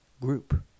group